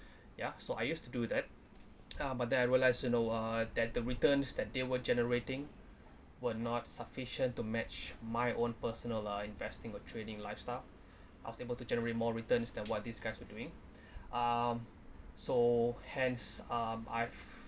ya so I used to do that ah but then I realise you know uh that the returns that they were generating were not sufficient to match my own personal uh investing or trading lifestyle I was able to generate more returns than what these guys were doing um so hence um I've